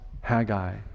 Haggai